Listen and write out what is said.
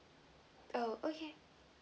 oh okay